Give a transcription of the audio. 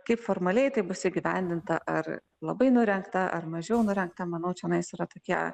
kaip formaliai tai bus įgyvendinta ar labai nurengta ar mažiau nurengta manau čionais yra tokie